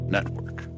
Network